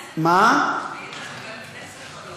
היית חבר כנסת או לא?